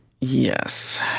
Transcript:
Yes